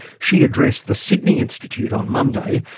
she addressed the sydney institute on monday,